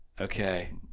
Okay